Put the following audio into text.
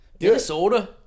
Minnesota